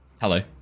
Hello